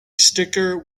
sticker